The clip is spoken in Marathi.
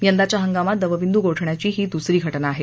यंदाच्या हंगामात दवबिद् गोठण्याची ही द्सरी घ ज्ञा आहे